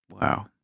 Wow